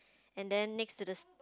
and then next to the